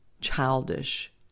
childish